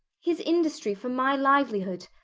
his industry for my livelihood,